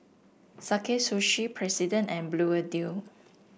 Sakae Sushi President and Bluedio